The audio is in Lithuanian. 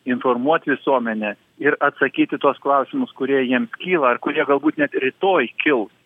informuot visuomenę ir atsakyt į tuos klausimus kurie jiems kyla ar kurie galbūt net rytoj kils